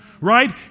right